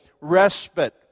respite